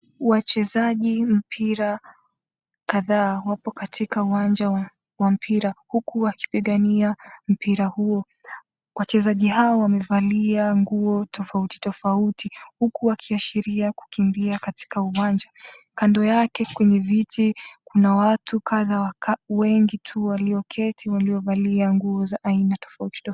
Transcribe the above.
Wachezaji mpira kadhaa wapo katika uwanja wa mpira huku wakipigania mpira huo. Wachezaji hawa wamevalia nguo tofauti tofauti huku wakiashiria kukimbia katika uwanja. Kando yake kwenye viti, kuna watu kadha wa kadha wengi tu walioketi waliovalia nguo za aina tofauti tofauti.